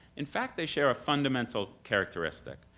in fact they share a fundamental characteristic.